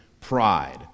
pride